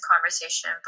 conversation